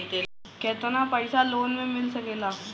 केतना पाइसा लोन में मिल सकेला?